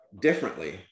differently